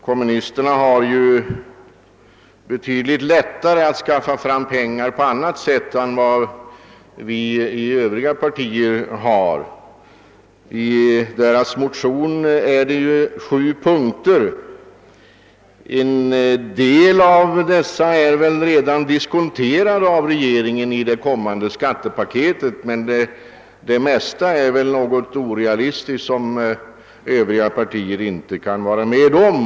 Kommunisterna har ju betydligt lät tare att skaffa fram pengar på annat sätt än vi i övriga partier. I deras motionspar finns det sju punkter. En del av dessa är väl redan diskonterade av regeringen i det kommande skattepaketet, men det mesta är något orealistiskt och kan inte accepteras av övriga partier.